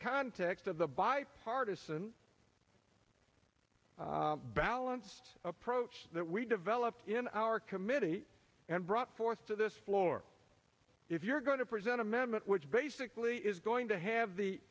context of the bipartisan balanced approach that we developed in our committee and brought forth to this floor if you're going to present amendment which basically is going to have the